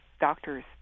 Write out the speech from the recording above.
doctors